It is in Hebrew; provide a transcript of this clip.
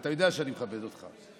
ואתה יודע שאני מכבד אותך,